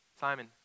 Simon